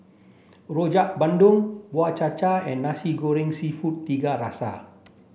Rojak Bandung Bubur Cha Cha and Nasi Goreng Seafood Tiga Rasa